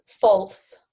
false